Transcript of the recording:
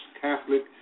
Catholic